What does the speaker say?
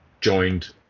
joined